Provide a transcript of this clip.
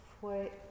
fue